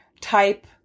type